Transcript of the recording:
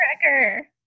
cracker